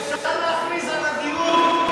אפשר להכריז על הדיון,